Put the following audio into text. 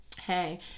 hey